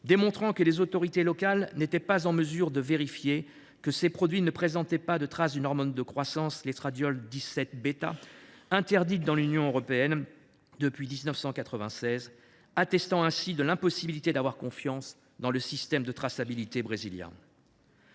démontré que les autorités locales n’étaient pas en mesure de vérifier que ces produits ne contenaient pas de trace d’une hormone de croissance, l’estradiol 17 ß, interdite dans l’Union européenne depuis 1996, attestant de l’impossibilité d’avoir confiance dans le système de traçabilité brésilien.